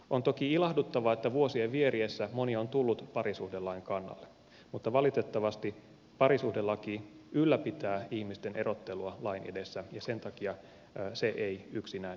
on toki ilahduttavaa että vuosien vieriessä moni on tullut parisuhdelain kannalle mutta valitettavasti parisuhdelaki ylläpitää ihmisten erottelua lain edessä ja sen takia se ei yksinään enää riitä